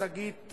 (תיקון מס' 2),